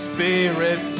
Spirit